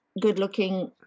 good-looking